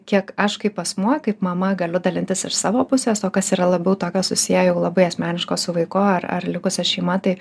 kiek aš kaip asmuo kaip mama galiu dalintis iš savo pusės o kas yra labiau tokio susiję jau labai asmeniško su vaiku ar ar likusia šeima tai